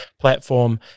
platform